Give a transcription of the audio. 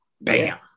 bam